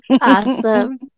Awesome